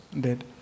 dead